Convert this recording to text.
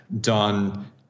done